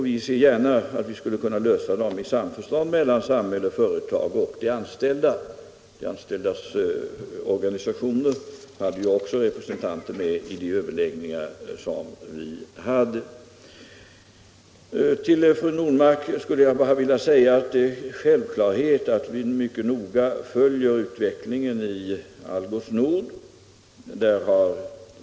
Vi ser gärna att vi kan lösa dem i samförstånd mellan samhälle, företag och anställda — de anställdas organisationer hade ju också representanter med i de överläggningar som förts. Till fru Normark vill jag säga att vi självfallet mycket noga följer utvecklingen vid Algots Nord.